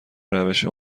روش